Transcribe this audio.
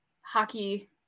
hockey